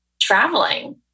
traveling